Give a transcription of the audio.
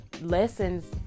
lessons